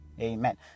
Amen